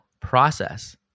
process